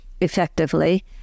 effectively